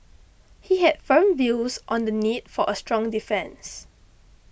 he had firm views on the need for a strong defence